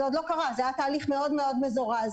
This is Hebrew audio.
זה היה תהליך מאוד מאוד מזורז,